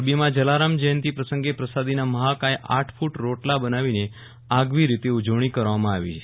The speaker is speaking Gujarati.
મોરબીમાં જલારામ જયંતિ પ્રસંગે પ્રસાદીના મહાકાય આઠ ફુટ રોટલા બનાવીને આગવી રીતે ઉજવણી કરવામાં આવી છે